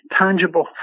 tangible